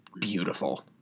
beautiful